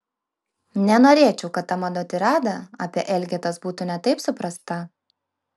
nenorėčiau kad ta mano tirada apie elgetas būtų ne taip suprasta